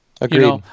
agreed